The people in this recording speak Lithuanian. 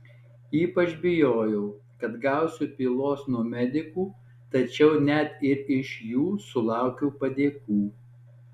ypač bijojau kad gausiu pylos nuo medikų tačiau net ir iš jų sulaukiau padėkų